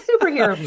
superhero